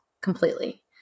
completely